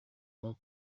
mon